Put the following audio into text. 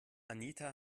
anita